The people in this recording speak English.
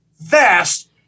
vast